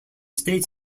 states